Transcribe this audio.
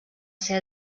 ser